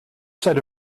set